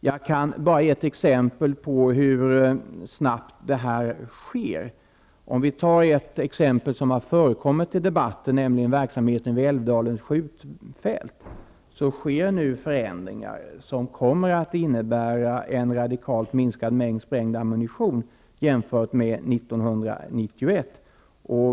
Jag kan ta ett exempel, som har förekommit i debatten, på hur snabbt det här sker. Vid Älvdalens skjutfält sker nu förändringar som kommer att medföra en radikalt minskad mängd sprängd ammunition jämfört med år 1991.